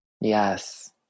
yes